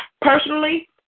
Personally